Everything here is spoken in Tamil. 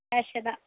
கேஷ்ஷூ தான்